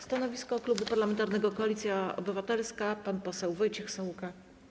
Stanowisko Klubu Parlamentarnego Koalicja Obywatelska przedstawi pan poseł Wojciech Saługa.